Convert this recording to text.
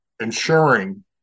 ensuring